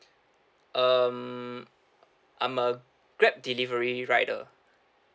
um I'm a Grab delivery rider